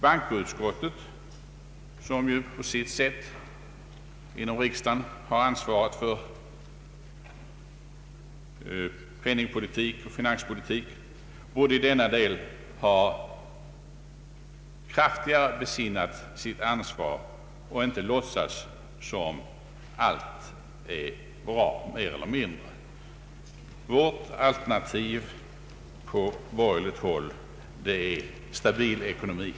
Bankoutskottet, som ju på sitt sätt inom riksdagen har ansvar för penningpolitik och finanspolitik, borde i denna del ha kraftigare besinnat sitt ansvar och inte låtsats som om prognoser och allt är i huvudsak i sin ordning.